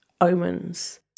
omens